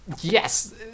yes